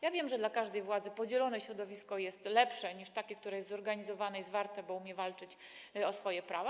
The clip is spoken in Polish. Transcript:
Ja wiem, że dla każdej władzy podzielone środowisko jest lepsze niż takie, które jest zorganizowane i zwarte, bo takie umie walczyć o swoje prawa.